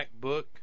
MacBook